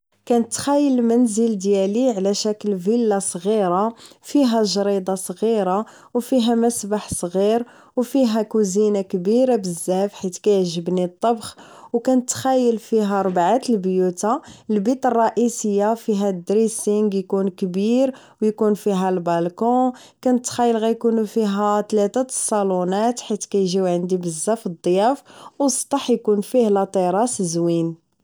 كنتخايل المنزل ديالي على شكل فيلا صغيرة فيها جريدة صغيرة و فيها مسبح صغير و فيها كوزينا كبيرة بزاف حيت كيعجبني الطبخ و كنتخايل فيها ربعة البيوت البيت الرئيسية فيها الدريسينغ اكون كبير وكون فيها البالكون كنتخايل غيكونو فيها تلاتة الصالونات حيت كيجيو عندي بزاف الضيوف و السطح اكون فيه لاتيراس زوين